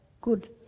good